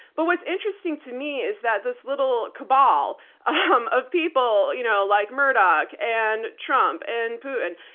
but what's interesting to me is that this little cabal um of people, you know like murdoch and trump and putin,